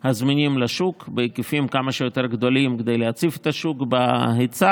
לשוק בהיקפים כמה שיותר גדולים כדי להציף את השוק בהיצע.